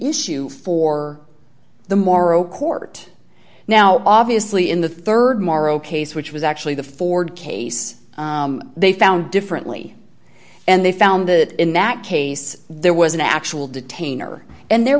issue for the moro court now obviously in the rd maro case which was actually the ford case they found differently and they found that in that case there was an actual detainer and there